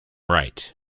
right